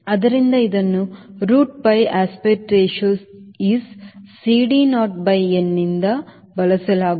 ಆದ್ದರಿಂದ ಇದನ್ನು root pi aspect ratio is CD naught by n ನಿಂದ ಬಳಸಲಾಗುವು